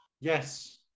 Yes